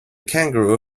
kangaroo